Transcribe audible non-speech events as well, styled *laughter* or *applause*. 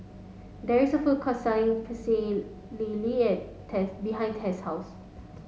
there is a food court selling Pecel Lele *unintelligible* Tess behind Tess' house